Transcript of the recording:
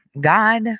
God